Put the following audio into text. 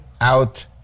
out